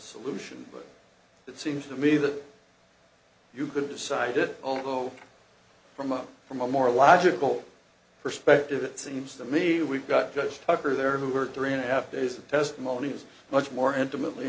solution but it seems to me that you could decide it although from a from a more logical perspective it seems to me we've got just tucker there who were three and a half days of testimony was much more intimately